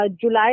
July